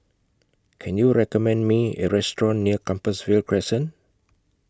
Can YOU recommend Me A Restaurant near Compassvale Crescent